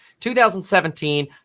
2017